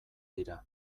dira